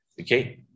okay